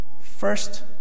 first